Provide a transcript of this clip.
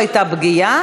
זאת לא הייתה פגיעה,